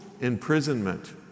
imprisonment